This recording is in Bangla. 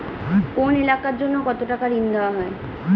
কোন এলাকার জন্য কত টাকা ঋণ দেয়া হয়?